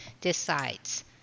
decides